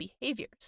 behaviors